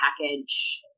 package